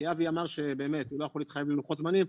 כי אבי אמר שבאמת הוא לא יכול להתחייב ללוחות זמנים,